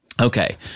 Okay